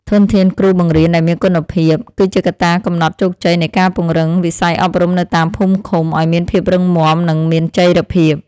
ធនធានគ្រូបង្រៀនដែលមានគុណភាព គឺជាកត្តាកំណត់ជោគជ័យនៃការពង្រឹងវិស័យអប់រំនៅតាមភូមិឃុំឱ្យមានភាពរឹងមាំនិងមានចីរភាព។